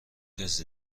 کسی